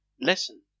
listen